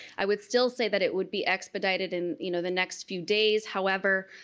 i would still say that it would be expedited in you know the next few days however,